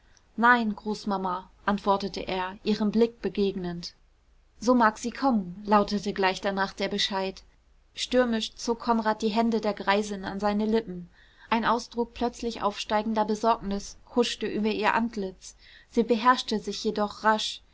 nein großmama antwortete er ihrem blick begegnend so mag sie kommen lautete gleich danach der bescheid stürmisch zog konrad die hände der greisin an seine lippen ein ausdruck plötzlich aufsteigender besorgnis huschte über ihr antlitz sie beherrschte sich jedoch rasch